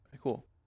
cool